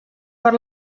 per